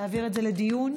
להעביר את זה לדיון?